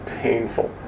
painful